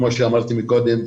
כמו שאמרתי קודם,